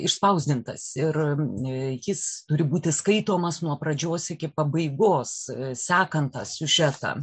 išspausdintas ir jis turi būti skaitomas nuo pradžios iki pabaigos sekant tą siužetą